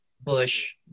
bush